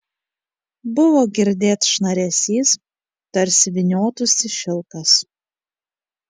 buvo girdėt šnaresys tarsi vyniotųsi šilkas